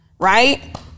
Right